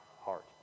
heart